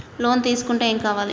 Loan తీసుకుంటే ఏం కావాలి?